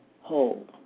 whole